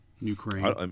Ukraine